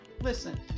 listen